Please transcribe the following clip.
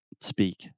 speak